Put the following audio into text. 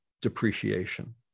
depreciation